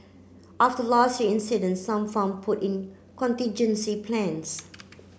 after last year incident some farm put in contingency plans